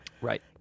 Right